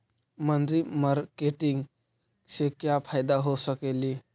मनरी मारकेटिग से क्या फायदा हो सकेली?